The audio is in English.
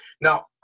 now